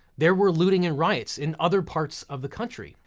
there were looting and riots in other parts of the country,